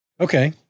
Okay